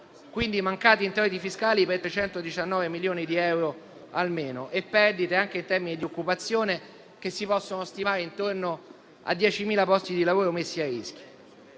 e in mancati introiti fiscali per almeno 319 milioni di euro e perdite, anche in termini di occupazione, che si possono stimare intorno a 10.000 posti di lavoro messi a rischio.